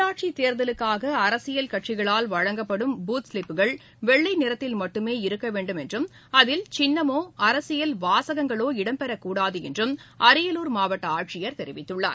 உள்ளாட்சி தேர்தலுக்காக அரசியல் கட்சிகளால் வழங்கப்படும் பூத் சிலிப்புகள் வெள்ளை நிறத்தில் மட்டுமே இருக்க வேண்டுமென்றும் அதில் சின்னமோ அரசியல் வாசகங்களோ இடம்பெறக்கூடாது என அரியலூர் மாவட்ட ஆட்சியர் தெரிவித்துள்ளார்